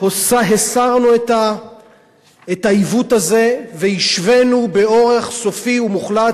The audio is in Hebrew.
הסרנו את העיוות הזה והשווינו באורח סופי ומוחלט